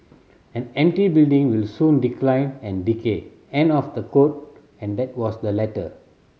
an empty building will soon decline and decay end of the quote and that was the letter